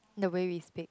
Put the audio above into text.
the way we speak